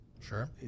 Sure